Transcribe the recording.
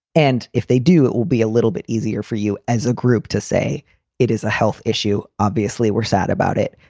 and if they do, it will be a little bit easier for you as a group to say it is a health issue. obviously, we're sad about it,